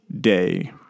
day